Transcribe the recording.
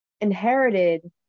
inherited